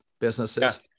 businesses